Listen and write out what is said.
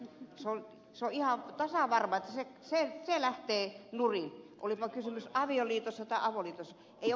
se on ihan tasan varma että se lähtee nurin olipa kysymys avioliitosta tai avoliitosta